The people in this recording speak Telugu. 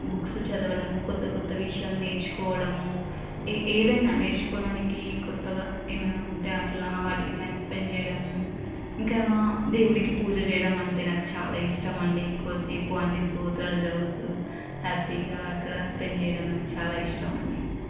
బుక్స్ చదవడం కొత్త కొత్త విషయాలు నేర్చుకోవడము ఏదైన్న నేర్చుకోడానికి కొత్తగా ఏమన్నా ఉంటే అట్లా వాటికి టైం స్పెండ్ చేయడం ఇంకా దేవుడికి పూజ చేయడం అంటే నాకు చాలా ఇష్టమండి ఎక్కువ సేపు అన్నీ స్తోత్రాలు చదువుతూ హ్యాప్పీగా అక్కడ స్పెండ్ చేయడం చాలా ఇష్టమండి